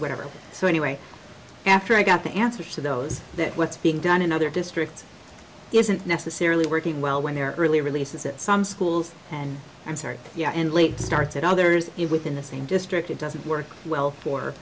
whatever so anyway after i got the answers to those that what's being done in other districts isn't necessarily working well when their early release is at some schools and i'm sorry and late starts it others within the same district it doesn't work well for